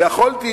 ויכולתי,